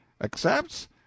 Accepts